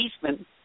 policeman